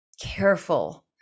careful